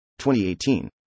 2018